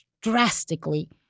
drastically